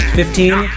fifteen